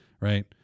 right